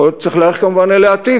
יכול להיות שצריך להיערך כמובן אל העתיד,